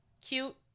cute